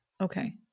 Okay